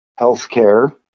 healthcare